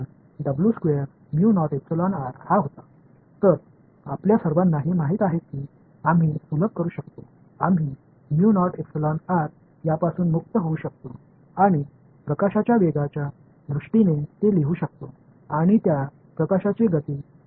இதை எளிமையாக்க முடியும் என்பதை நாம் அனைவரும் அறிவோம் இந்த ஐ அகற்றலாம் மற்றும் ஒளியின் வேகத்தின் அடிப்படையில் இதை எழுதலாம் மேலும் ஒளியின் வேகம் ஒரு அலை எண்ணாக மாற்றப்படலாம்